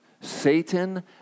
Satan